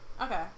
okay